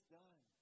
done